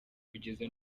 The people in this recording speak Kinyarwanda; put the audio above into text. kugeza